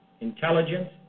intelligence